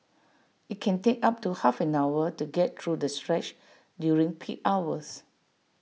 IT can take up to half an hour to get through the stretch during peak hours